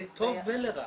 לטוב ולרע,